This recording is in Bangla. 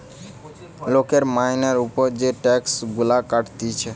লোকের মাইনের উপর যে টাক্স গুলা কাটতিছে